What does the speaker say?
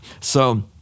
So-